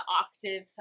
octave